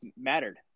mattered